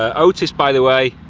ah otis by the way,